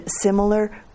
similar